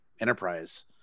Enterprise